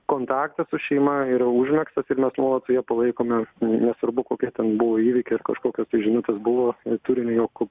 kontaktas su šeima yra užmegztas ir mes nuolat su ja palaikome nesvarbu kokie ten buvo įvykiai ar kažkokios tai žinutės buvo neturim jog